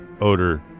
odor